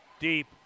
deep